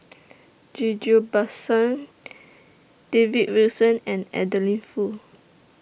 Ghillie BaSan David Wilson and Adeline Foo